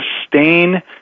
sustain